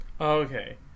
Okay